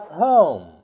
home